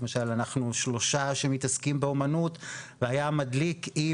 למשאל אנחנו שלושה משתתפים שמתעסקים באומנות והיה מדליק אם